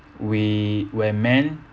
we where man